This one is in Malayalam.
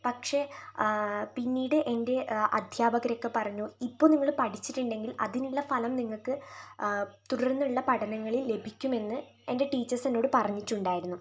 പക്ഷേ പിന്നീട് എൻറ്റെ അധ്യാപകരൊക്കെ പറഞ്ഞു ഇപ്പോൾ നിങ്ങൾ പഠിച്ചിട്ടുണ്ടങ്കിൽ അതിനുള്ള ഫലം നിങ്ങൾക്ക് തുടർന്നുള്ള പഠനങ്ങളിൽ ലഭിക്കുമെന്ന് എൻറ്റെ ടീച്ചേഴ്സ് എന്നോട് പറഞ്ഞിട്ടുണ്ടായിരുന്നു